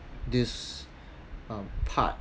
this um part